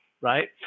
right